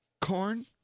corn